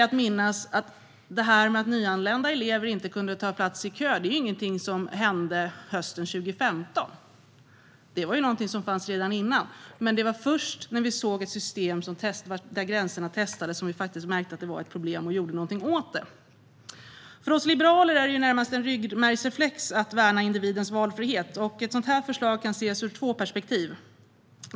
Att nyanlända elever inte kunde ta plats i kön är ju ingenting som hände hösten 2015 - det är viktigt att minnas - utan det förekom redan innan. Men det var först när vi såg ett system där gränserna testades som vi märkte att det var ett problem och gjorde någonting åt det. För oss liberaler är det närmast en ryggmärgsreflex att värna individens valfrihet. Ett sådant här förslag kan ses ur två perspektiv.